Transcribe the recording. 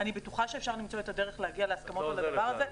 אני בטוחה שאפשר למצוא את הדרך להגיע להסכמות על הדבר הזה.